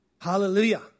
Hallelujah